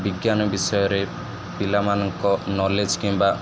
ବିଜ୍ଞାନ ବିଷୟରେ ପିଲାମାନଙ୍କ ନଲେଜ କିମ୍ବା